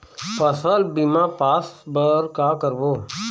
फसल बीमा पास बर का करबो?